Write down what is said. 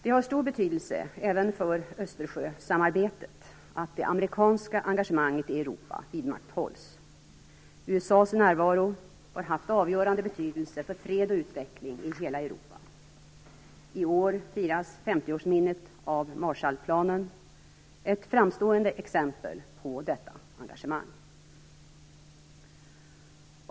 Det har stor betydelse även för Östersjösamarbetet att det amerikanska engagemanget i Europa vidmakthålls. USA:s närvaro har haft avgörande betydelse för fred och utveckling i hela Europa. I år firas 50 årsminnet av Marshallplanen - ett framstående exempel på detta engagemang.